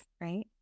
right